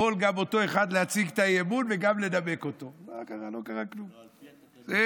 יכול גם אותו אחד להציג גם את האי-אמון וגם לנמק אותו.